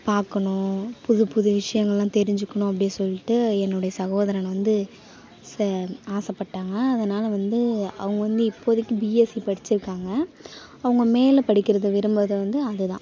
பார்க்கணும் புது புது விஷயங்கள்லாம் தெரிஞ்சுக்கணும் அப்படின்னு சொல்லிட்டு என்னுடைய சகோதரன் வந்து ச ஆசைப்பட்டாங்க அதனால் வந்து அவங்க வந்து இப்போதைக்கு பிஎஸ்சி படித்துருக்காங்க அவங்க மேலே படிக்கிறதை விரும்புகிறது வந்து அதுதான்